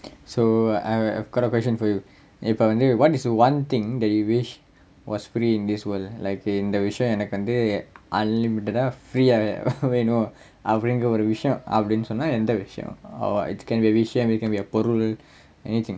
so I have collaboration for you இப்ப வந்து:ippa vanthu what is one thing that you wish was free in this world like இந்த விஷயம் எனக்கு வந்து:intha vishayam enakku vanthu unlimited ah free ah வேணும் அப்படிங்குற ஒரு விஷயம் அப்படின்னு சொன்னா எந்த விஷயம்:venum appdingura oru vishayam appdinnu sonna entha vishayam or it can be a விஷயம்:vishayam it can be a பொருள்:porul anything